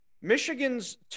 Michigan's